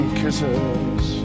kisses